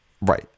Right